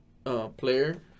Player